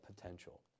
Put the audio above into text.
potential